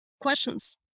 questions